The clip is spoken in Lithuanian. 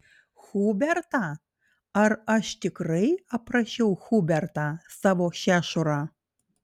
hubertą ar aš tikrai aprašiau hubertą savo šešurą